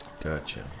Gotcha